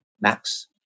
max